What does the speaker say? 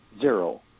zero